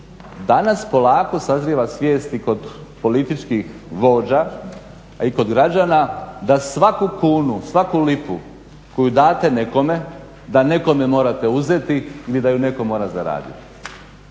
Danas polako sazrijeva svijest i kod političkih vođa, a i kod građana da svaku kunu, svaku lipu koju date nekome da nekome morate uzeti ili da je netko mora zaraditi.